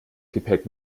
gepäck